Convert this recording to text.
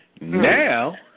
Now